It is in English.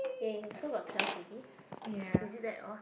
ya ya ya so got twelve already is it that off